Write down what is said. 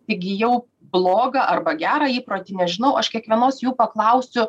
įgijau blogą arba gerą įprotį nežinau aš kiekvienos jų paklausiu